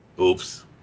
oops